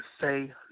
say